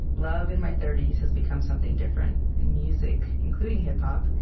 love, in my thirty s, has become something different. and music, including hip-hop,